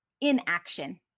inaction